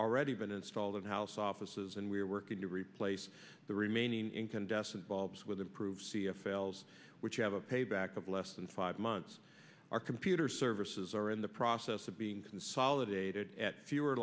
already been installed in house offices and we are working to replace the remaining incandescent bulbs with improved c f elves which have a payback of less than five months our computer services are in the process of being consolidated at fewer